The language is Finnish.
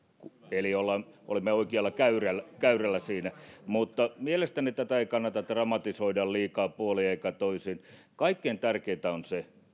eli olemme oikealla käyrällä käyrällä siinä mutta mielestäni tätä ei kannata dramatisoida liikaa puolin eikä toisin kaikkein tärkeintä on se